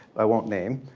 i won't name,